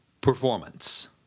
Performance